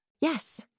Yes